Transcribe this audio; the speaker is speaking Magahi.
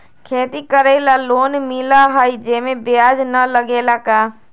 खेती करे ला लोन मिलहई जे में ब्याज न लगेला का?